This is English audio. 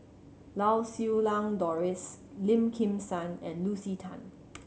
Lau Siew Lang Doris Lim Kim San and Lucy Tan